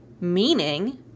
Meaning